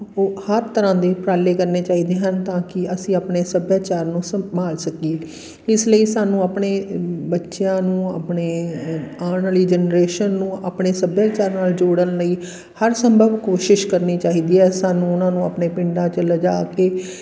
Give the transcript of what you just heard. ਓ ਹਰ ਤਰ੍ਹਾਂ ਦੇ ਉਪਰਾਲੇ ਕਰਨੇ ਚਾਹੀਦੇ ਹਨ ਤਾਂ ਕਿ ਅਸੀਂ ਆਪਣੇ ਸੱਭਿਆਚਾਰ ਨੂੰ ਸੰਭਾਲ ਸਕੀਏ ਇਸ ਲਈ ਸਾਨੂੰ ਆਪਣੇ ਬੱਚਿਆਂ ਨੂੰ ਆਪਣੇ ਆਉਣ ਵਾਲੀ ਜਨਰੇਸ਼ਨ ਨੂੰ ਆਪਣੇ ਸੱਭਿਆਚਾਰ ਨਾਲ ਜੋੜਨ ਲਈ ਹਰ ਸੰਭਵ ਕੋਸ਼ਿਸ਼ ਕਰਨੀ ਚਾਹੀਦੀ ਆ ਸਾਨੂੰ ਉਹਨਾਂ ਨੂੰ ਆਪਣੇ ਪਿੰਡਾਂ 'ਚ ਲਿਜਾ ਕੇ